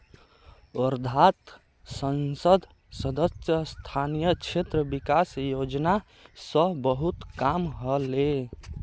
वर्धात संसद सदस्य स्थानीय क्षेत्र विकास योजना स बहुत काम ह ले